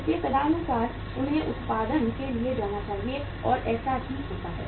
इसलिए तदनुसार उन्हें उत्पादन के लिए जाना चाहिए और ऐसा ही होता है